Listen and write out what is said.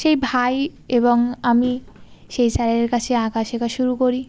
সেই ভাই এবং আমি সেই স্যারের কাছে আঁকা শেখা শুরু করি